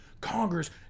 congress